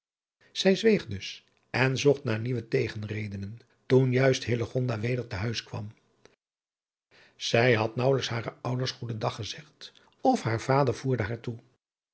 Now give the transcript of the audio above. zij zweeg dus en zocht naar nieuwe tegenredenen toen juist hillegonda weder te huis kwam zij had naauwelijks hare ouders goeden dag gezegd of haar vader voerde haar toe